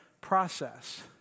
process